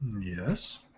yes